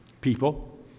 People